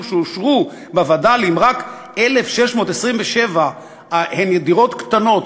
שאושרו בווד"לים רק 1,627 הן דירות קטנות,